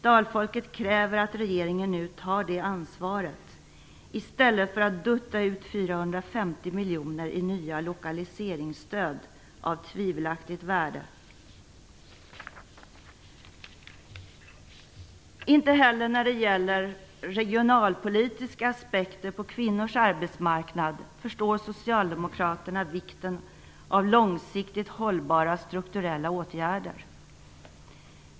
Dalfolket kräver att regeringen nu tar det ansvaret i stället för att dutta ut 450 miljoner i nya lokaliseringsstöd av tvivelaktigt värde. Inte heller när det gäller regionalpolitiska aspekter på kvinnors arbetsmarknad förstår Socialdemokraterna vikten av långsiktigt hållbara strukturella åtgärder.